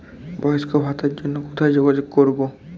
বয়স্ক ভাতার জন্য কোথায় যোগাযোগ করব?